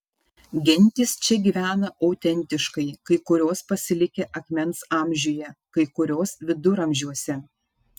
gentys čia gyvena autentiškai kai kurios pasilikę akmens amžiuje kai kurios viduramžiuose